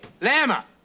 lama